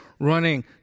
Running